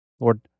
Lord